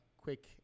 Quick